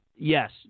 Yes